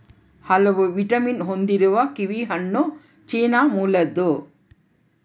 ಹಲವು ವಿಟಮಿನ್ ಹೊಂದಿರುವ ಕಿವಿಹಣ್ಣು ಚೀನಾ ಮೂಲದ್ದು